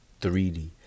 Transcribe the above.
3D